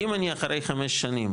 אם אני אחרי חמש שנים,